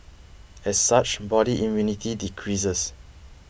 as such body immunity decreases